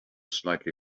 slightly